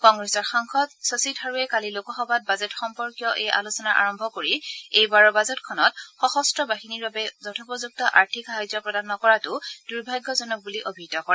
কংগ্ৰেছৰ সাংসদ শশী থাৰুৰে কালি লোক সভাত বাজেট সম্পৰ্কীয় এই আলোচনাৰ আৰম্ভ কৰি এইবাৰৰ বাজেটখনত সশস্ত্ৰ বাহিনীৰ বাবে যথোপযুক্ত আৰ্থিক সাহাৰ্য প্ৰদান নকৰাটো দুৰ্ভাগ্যজনক বুলি অভিহিত কৰে